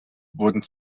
wurden